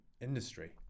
industry